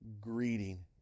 greeting